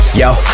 yo